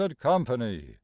company